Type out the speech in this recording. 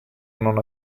non